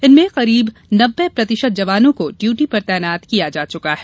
इनमें करीब नब्बे प्रतिशत जवानों को ड्यूटी पर तैनात किया जा चुका है